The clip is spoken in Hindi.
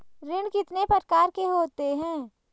ऋण कितने प्रकार के होते हैं?